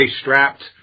strapped